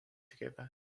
together